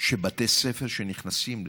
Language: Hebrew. שבתי ספר שנכנסים לתוך,